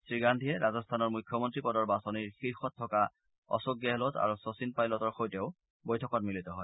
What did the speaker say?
শ্ৰীগান্ধীয়ে ৰাজস্থানৰ মুখ্যমন্ত্ৰী পদৰ বাছনিৰ শীৰ্ষত থকা অশোক গেহলট আৰু শচীন পাইলটৰ সৈতেও বৈঠকত মিলিত হয়